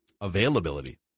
Availability